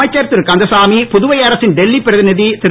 அமைச்சர் திருகந்தசாமி புதுவை அரசின் டெல்லி பிரதிந்தி திரு